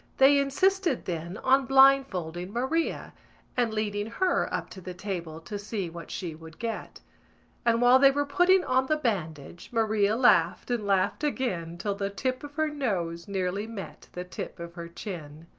they insisted then on blindfolding maria and leading her up to the table to see what she would get and, while they were putting on the bandage, maria laughed and laughed again till the tip of her nose nearly met the tip of her chin.